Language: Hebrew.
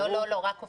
הכנסת